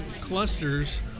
clusters